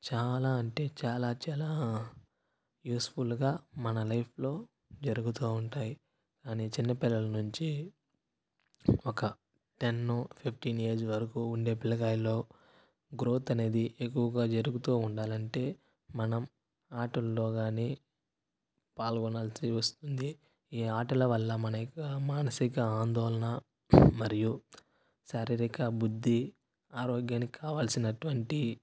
చాలా అంటే చాలా చాలా యూస్ ఫుల్గా మన లైఫ్లో జరుగుతు ఉంటాయి అని చిన్న పిల్లల నుంచి ఒక టెన్ ఫిఫ్టీన్ ఏజ్ వరకు ఉండే పిల్లకాయలో గ్రోత్ అనేది ఎక్కువగా జరుగుతు ఉండాలంటే మనం ఆటల్లో కానీ పాల్గొనవలసి వస్తుంది ఈ ఆటల వల్ల మన యొక్క మానసిక ఆందోళన మరియు శారీరకబుద్ధి ఆరోగ్యానికి కావాలసినటువంటి